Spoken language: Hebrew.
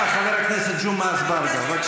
חצי מטורקיה, בבית